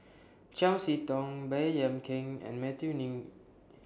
Chiam See Tong Baey Yam Keng and Matthew Ngui